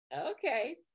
Okay